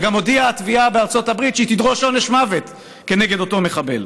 וגם הודיעה התביעה בארצות הברית שהיא תדרוש עונש מוות כנגד אותו מחבל.